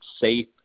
safe